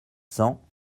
cents